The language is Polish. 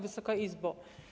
Wysoka Izbo!